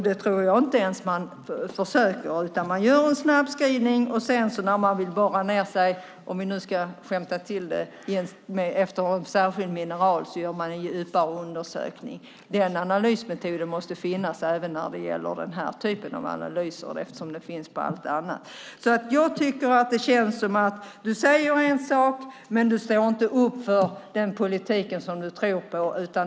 Det tror jag inte ens att man försöker, utan man gör en snabbscreening och sedan när man vill borra ned sig, om vi ska skämta till det, efter något särskilt mineral gör man en djupare undersökning. Den analysmetoden måste finnas även när det gäller den här typen av analyser eftersom den finns på allt annat. Jag tycker att det känns som om du säger en sak men inte står upp för den politik som du tror på.